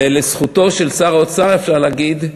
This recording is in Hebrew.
לזכותו של שר האוצר אפשר להגיד,